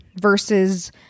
versus